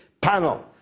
panel